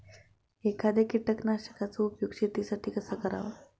एखाद्या कीटकनाशकांचा उपयोग शेतीसाठी कसा करावा?